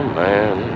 man